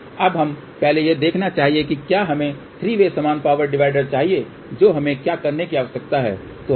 अब हमें पहले यह देखना चाहिए कि क्या हमें थ्री वे समान पावर डिवाइडर चाहिए जो हमें क्या करने की आवश्यकता है